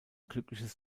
glückliches